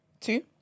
two